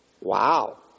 Wow